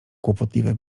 kłopotliwe